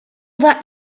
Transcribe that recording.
that